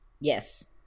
Yes